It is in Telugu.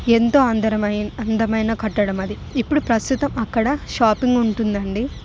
ఎంతో అందర అందమైన మైన కట్టడం అది ఇప్పుడు ప్రస్తుతం అక్కడ షాపింగ్ ఉంటుందండి